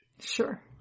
Sure